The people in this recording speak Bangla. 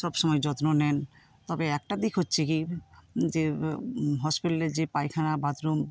সব সময়ে যত্ন নেন তবে একটা দিক হচ্ছে কি যে হসপিটালে যে পায়খানা বাথরুম